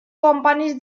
companies